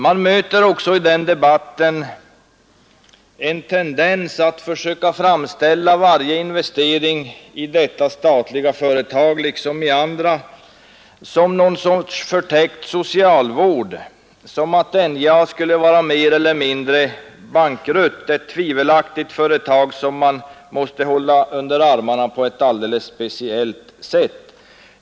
Man möter också i den debatten en tendens att försöka framställa varje investering i detta statliga företag liksom i andra som någon sorts förtäckt socialvård, som om NJA skulle vara mer eller mindre bankrutt, ett tvivelaktigt företag som man måste hålla under armarna på ett alldeles speciellt sätt.